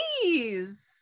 Please